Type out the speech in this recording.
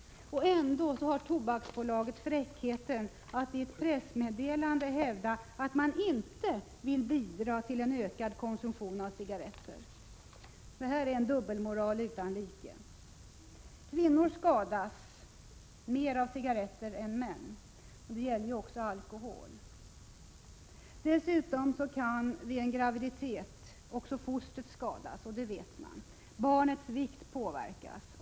Ändå har Tobaksbolaget fräckheten att i ett pressmeddelande hävda att man inte vill bidra till en ökad konsumtion av cigaretter. Detta är dubbelmoral utan like! Kvinnor skadas mer av cigaretter än män. Det gäller ju också alkohol. Dessutom kan vid en graviditet också fostret skadas. Det vet man. Barnets vikt påverkas.